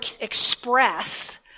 express